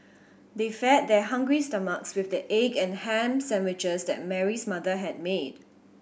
they fed their hungry stomachs with the egg and ham sandwiches that Mary's mother had made